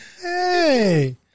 Hey